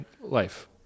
life